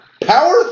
Power